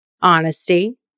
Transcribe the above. honesty